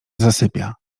zasypia